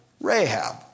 Rahab